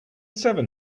seven